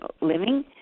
living